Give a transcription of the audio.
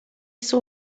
saw